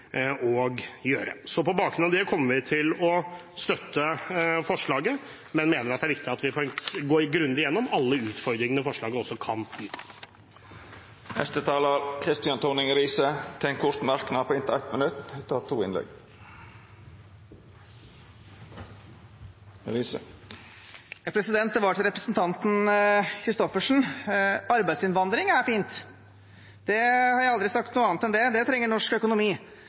På bakgrunn av det kommer vi til å støtte forslaget, men mener det er viktig at vi går grundig igjennom alle utfordringene forslaget kan gi. Representanten Kristian Tonning Riise har hatt ordet to gonger tidlegare og får ordet til ein kort merknad, avgrensa til 1 minutt. Det var til representanten Christoffersen: Arbeidsinnvandring er fint – jeg har aldri sagt noe annet enn det – det trenger norsk økonomi.